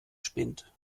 spinnt